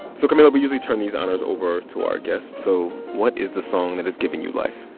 so camila, we usually turn these honors over to our guests. so what is the song that is giving you life?